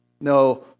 No